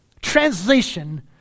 Translation